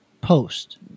post